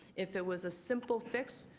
if it was a simple fix,